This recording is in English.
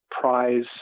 prize